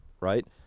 right